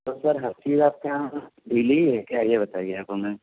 تو سر ہر چیز آپ کے یہاں ڈھیلی ہی ہے کیا یہ بتائیے آپ ہمیں